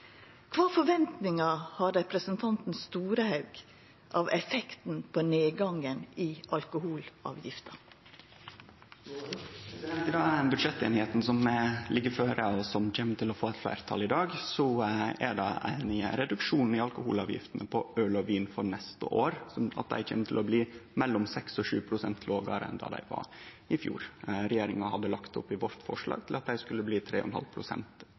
Kva forventingar har representanten Storehaug til effekten av nedgangen i alkoholavgifta? I den budsjetteinigheita som ligg føre, og som kjem til å få fleirtal i dag, er det ein reduksjon i alkoholavgiftene på øl og vin for neste år ved at dei kjem til å bli mellom 6 og 7 pst. lågare enn i fjor. Regjeringa hadde i sitt forslag lagt opp til ein auke på 3,5 pst., i tråd med prisveksten. Der er det no einigheit om at dei